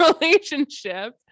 Relationship